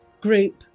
group